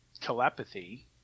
telepathy